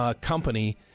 company